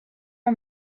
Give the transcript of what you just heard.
are